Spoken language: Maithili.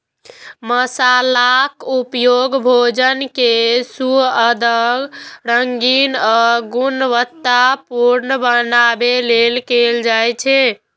मसालाक उपयोग भोजन कें सुअदगर, रंगीन आ गुणवतत्तापूर्ण बनबै लेल कैल जाइ छै